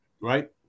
Right